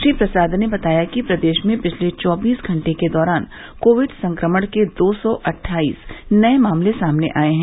श्री प्रसाद ने बताया कि प्रदेश में पिछले चौबीस घंटे के दौरान कोविड संक्रमण के दो सौ अट्ठाईस नये मामले सामने आये हैं